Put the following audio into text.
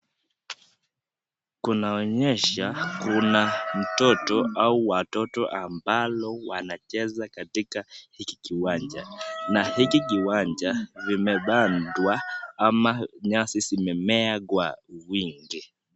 Kunaonyesha kuna mtoto au watoto ambalo wanacheza katika hiki kiwanja. Na hiki kiwanja vimepandwa ama nyasi zimemea kwa wingi.